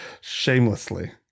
shamelessly